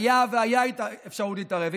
הייתה והייתה אפשרות להתערב,